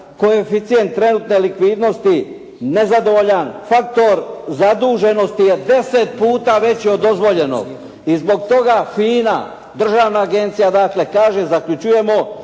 koeficijent trenutne likvidnosti nezadovoljan, faktor zaduženosti je deset puta veći od dozvoljenog" i zbog toga FINA državna agencija dakle kaže i zaključujemo